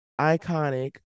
iconic